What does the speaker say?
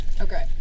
Okay